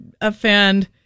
offend